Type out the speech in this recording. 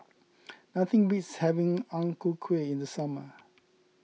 nothing beats having Ang Ku Kueh in the summer